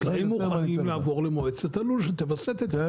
החקלאים מוכנים לעבור למועצת הלול שתווסת את זה,